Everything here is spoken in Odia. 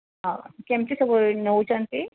ହଉ କେମିତି ସବୁ ନେଉଛନ୍ତି